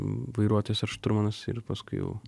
vairuotojas ar šturmanas ir paskui jau